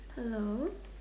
hello